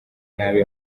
nabi